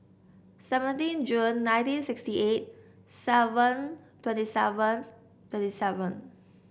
seventeen June nineteen sixty eight seven twenty seven twenty seven